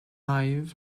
ives